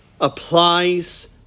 applies